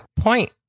point